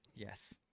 Yes